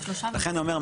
לכן אני אומר,